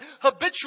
habitual